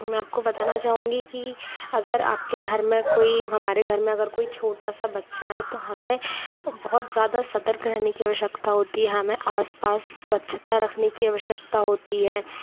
मैं आप को बताना चाहूँगी कि अगर आप के घर में कोई हमारे घर में अगर कोई छोटा सा बच्चा है तो हमें बहुत ज़्यादा सतर्क रहने की आवश्यकता होती है हमें आस पास स्वच्छता रखने की आवश्यकता होती है